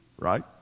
right